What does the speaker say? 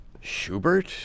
Schubert